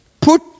put